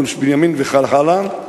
גוש בנימין וכן הלאה,